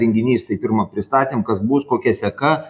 renginys tai pirma pristatėm kas bus kokia seka